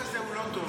אם החוק הזה לא טוב,